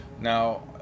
Now